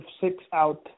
six-out